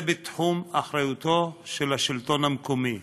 זה בתחום אחריותו של השלטון המקומי,